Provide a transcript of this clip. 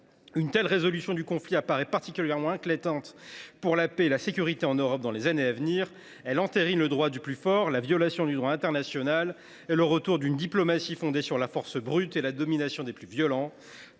Une telle résolution du conflit apparaît particulièrement inquiétante pour la paix et la sécurité en Europe dans les années à venir. Elle entérine le droit du plus fort, la violation du droit international et le retour d’une diplomatie fondée sur la force brute et la domination des plus violents.